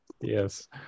Yes